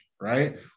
right